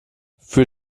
für